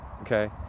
Okay